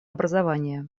образование